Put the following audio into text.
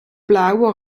blauer